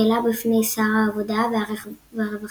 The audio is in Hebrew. העלה בפני שר העבודה והרווחה